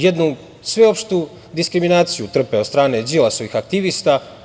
Jednu sveopštu diskriminaciju trpe od strane Đilasovih aktivista.